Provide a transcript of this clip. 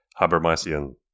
Habermasian